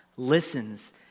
listens